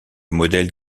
modèle